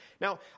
Now